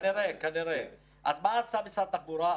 מה עשה משרד התחבורה?